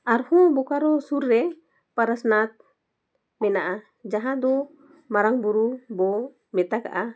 ᱟᱨᱦᱚᱸ ᱵᱳᱠᱟᱨᱳ ᱥᱩᱨ ᱨᱮ ᱯᱚᱨᱮᱥᱱᱟᱛᱷ ᱢᱮᱱᱟᱜᱼᱟ ᱡᱟᱦᱟᱸ ᱫᱚ ᱢᱟᱨᱟᱝ ᱵᱩᱨᱩ ᱵᱚᱱ ᱢᱮᱛᱟᱜᱼᱟ